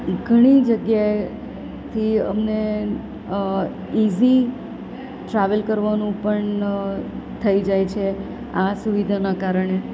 ઘણી જગ્યાએથી અમને ઇઝી ટ્રાવેલ કરવાનું પણ થઈ જાય છે આ સુવિધાનાં કારણે